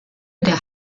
der